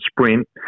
sprint